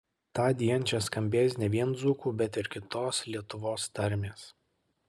tądien čia skambės ne vien dzūkų bet ir kitos lietuvos tarmės